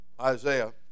Isaiah